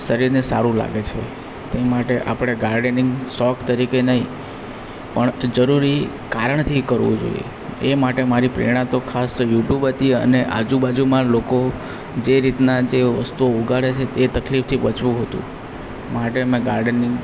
શરીરને સારું લાગે છે તે માટે આપણે ગાર્ડનિંગ શોખ તરીકે નહીં પણ જરૂરી કારણથી કરવું જોઈએ એ માટે મારી પ્રેરણા તો ખાસ યૂટ્યૂબ હતી અને ખાસ આજુબાજુમાં લોકો જે રીતના જે વસ્તુઓ ઉગાડે છે તે તકલીફથી બચવું હતું માટે મેં ગાર્ડનિંગ